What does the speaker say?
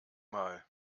mal